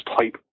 type